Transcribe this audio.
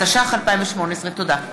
התשע"ח 2018. תודה.